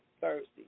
Thursday